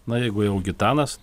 na jeigu jau gitanas